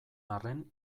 arren